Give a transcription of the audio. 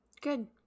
Good